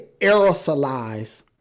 aerosolize